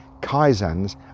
Kaizans